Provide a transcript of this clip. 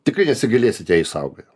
tikrai nesigailėsit ją išsaugoję